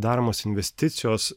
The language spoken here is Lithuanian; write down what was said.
daromos investicijos